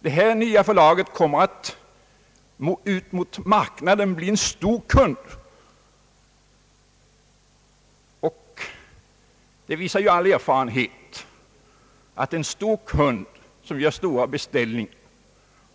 Detta nya förlag kommer att gentemot marknaden bli en stor kund, och all erfarenhet visar att en stor kund, som gör stora beställningar